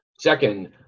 Second